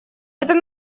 этот